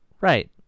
Right